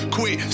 Quit